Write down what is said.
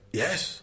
yes